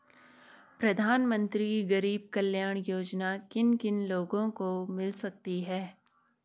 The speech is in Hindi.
प्रधानमंत्री गरीब कल्याण योजना किन किन लोगों को मिल सकती है?